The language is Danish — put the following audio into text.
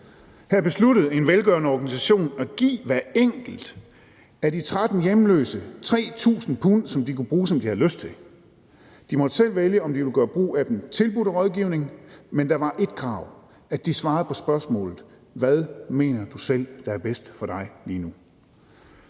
Her besluttede en velgørende organisation at give hver enkelt af de 13 hjemløse 3.000 pund, som de kunne bruge, som de havde lyst til. De måtte selv vælge, om de ville gøre brug af den tilbudte rådgivning, men der var ét krav, nemlig at de svarede på spørgsmålet: Hvad mener du selv er bedst for dig lige nu?